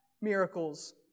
miracles